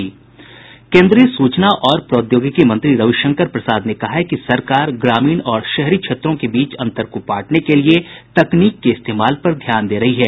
केन्द्रीय सूचना और प्रौद्योगिकी मंत्री रविशंकर प्रसाद ने कहा है कि सरकार ग्रामीण और शहरी क्षेत्रों के बीच अंतर को पाटने के लिए तकनीक के इस्तेमाल पर ध्यान दे रही है